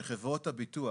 שחברות הביטוח